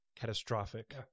catastrophic